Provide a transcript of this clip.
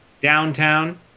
downtown